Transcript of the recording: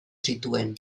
zituen